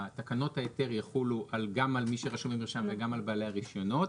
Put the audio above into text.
תקנות ההיתר יחולו גם על מי שרשום במרשם וגם על בעלי הרישיונות,